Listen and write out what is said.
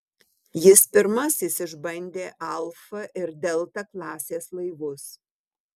jis pirmasis išbandė alfa ir delta klasės laivus